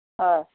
অঁ